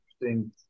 interesting